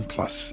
Plus